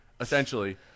essentially